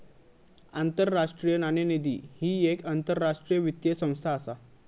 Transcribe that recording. आंतरराष्ट्रीय नाणेनिधी ही येक आंतरराष्ट्रीय वित्तीय संस्था असा